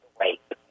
rape